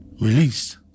released